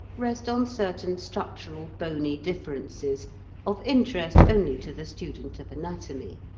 rest on certain structural bony differences of interest only to the student of anatomy.